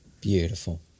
Beautiful